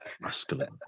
masculine